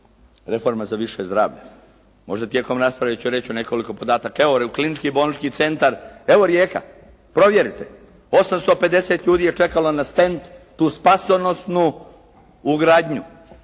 reforma za više zdravlja. Možda tijekom rasprave ću reći nekoliko podataka. Evo Klinički bolnički centar, evo Rijeka, provjerite. 850 ljudi je čekalo na "Stent" tu spasonosnu ugradnju,